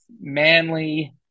Manly